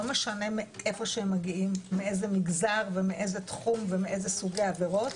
לא משנה מאיפה הם מגיעים מאיזה מגזר ומאיזה תחום ומאילו סוגי עבירות,